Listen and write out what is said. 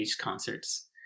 concerts